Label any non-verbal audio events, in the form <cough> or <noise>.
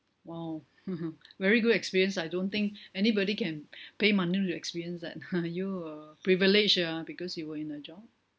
!wow! <laughs> very good experience I don't think anybody can pay money to experience that <laughs> you were privilege uh because you were in a job